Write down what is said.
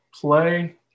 play